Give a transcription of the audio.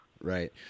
Right